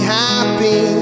happy